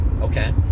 okay